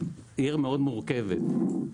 עיר מאוד מורכבת.